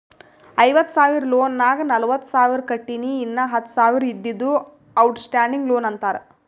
ಐವತ್ತ ಸಾವಿರ ಲೋನ್ ನಾಗ್ ನಲ್ವತ್ತ ಸಾವಿರ ಕಟ್ಟಿನಿ ಇನ್ನಾ ಹತ್ತ ಸಾವಿರ ಇದ್ದಿದ್ದು ಔಟ್ ಸ್ಟ್ಯಾಂಡಿಂಗ್ ಲೋನ್ ಅಂತಾರ